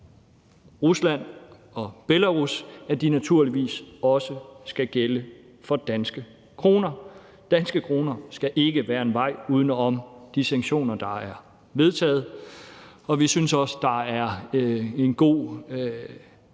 Rusland og Belarus, naturligvis også skal gælde for danske kroner; danske kroner skal ikke være en vej uden om de sanktioner, der er vedtaget. Vi synes også, at der er en god